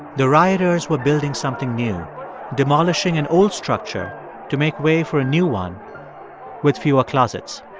the rioters were building something new demolishing an old structure to make way for a new one with fewer closets